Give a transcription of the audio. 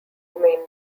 main